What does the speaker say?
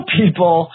people